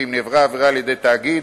ואם נעברה העבירה על-ידי תאגיד,